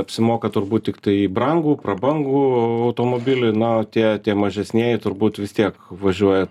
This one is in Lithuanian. apsimoka turbūt tiktai į brangų prabangų automobilį na tie tie mažesnieji turbūt vis tiek važiuoja